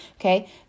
Okay